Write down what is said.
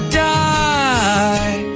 die